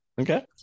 Okay